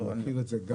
אני מכיר את זה גם